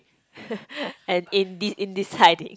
and inde~ indeciding